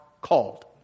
called